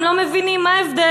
הם לא מבינים מה ההבדל,